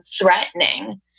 threatening